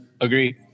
agree